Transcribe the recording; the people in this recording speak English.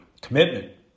commitment